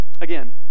Again